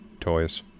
toys